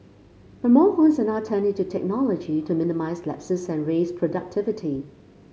but more homes are now turning to technology to minimise lapses and raise productivity